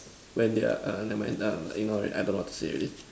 when they are err never mind err ignore it I don't know what to say already